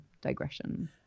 digression